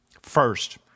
First